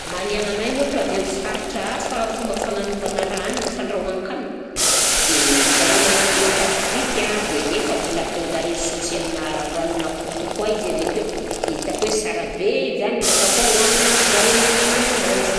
Mahaliana anahy ohatra avy am'faritra hafa fomba fagnanovana raha hanina fandrahoan-kanina dia zareo magnano laoka frity a dia nefa mbola ataon'zareo saosy aminà ranonà coco izy avy akeo dia hitako hoe sara be zany ndraika koa hohanina amy zareo mahay magnano ananzy.